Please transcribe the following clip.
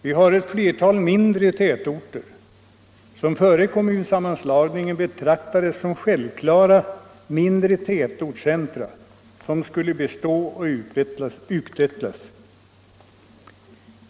Vi har ett flertal mindre tätorter som före kommunsammanslagningen betraktades som självklara mindre tätortscentra som skulle bestå och utveckla sig.